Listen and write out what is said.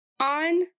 on